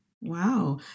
Wow